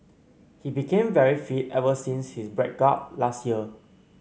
he became very fit ever since his break up last year